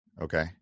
Okay